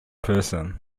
person